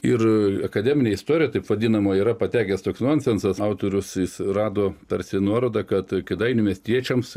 ir akademinė istorija taip vadinama yra patekęs toks nonsensas autorius jis rado tarsi nuorodą kad kėdainių miestiečiams